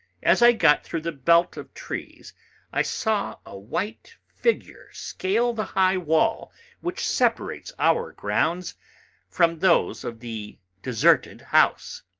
as i got through the belt of trees i saw a white figure scale the high wall which separates our grounds from those of the deserted house.